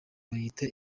bayita